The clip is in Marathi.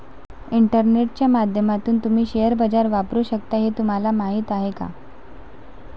इंटरनेटच्या माध्यमातून तुम्ही शेअर बाजार वापरू शकता हे तुम्हाला माहीत आहे का?